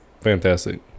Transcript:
fantastic